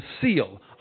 seal